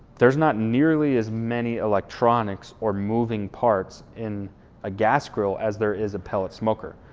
there's not nearly as many electronics or moving parts in a gas grill as there is a pellet smoker.